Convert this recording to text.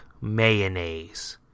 mayonnaise